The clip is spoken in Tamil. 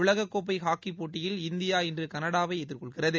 உலகக்கோப்பை ஹாக்கிப் போட்டியில் இந்தியா இன்று கனடாவை எதிர்கொள்கிறது